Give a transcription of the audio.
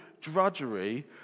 drudgery